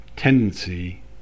Tendency